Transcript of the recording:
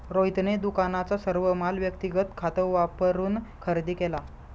रोहितने दुकानाचा सर्व माल व्यक्तिगत खात वापरून खरेदी केला